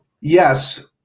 Yes